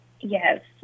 Yes